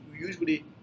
usually